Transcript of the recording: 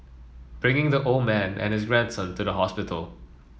bringing the old man and his grandson to the hospital